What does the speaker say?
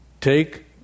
Take